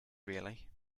really